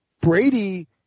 Brady